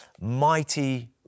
mighty